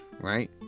Right